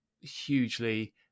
hugely